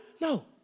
No